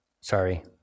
sorry